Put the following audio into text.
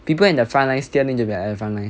people in the frontline still need to be at the frontline